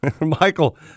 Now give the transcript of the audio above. Michael